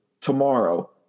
tomorrow